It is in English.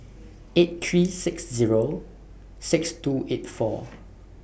eight three six Zero six two eight four